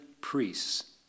priests